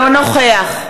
מי נגד?